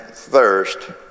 thirst